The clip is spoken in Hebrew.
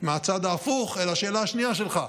מהצד ההפוך אל השאלה השנייה שלך,